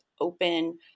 open